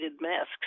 masks